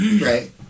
Right